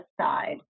side